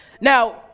now